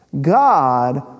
God